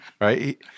right